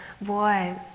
boy